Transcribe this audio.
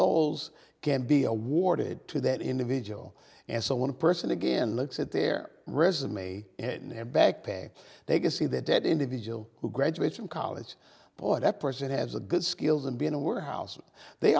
those can be awarded to that individual and so when a person again looks at their resume in their backpack they can see that that individual who graduates from college or that person has a good skills and being aware housing they